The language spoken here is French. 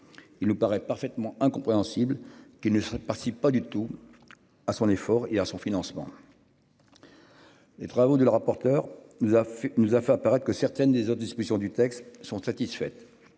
Il me paraît parfaitement incompréhensible, qui ne serait parti, pas du tout. À son effort et à son financement. Les travaux de le rapporteur nous a fait nous a fait apparaître que certaines des autres dispositions du texte sont satisfaites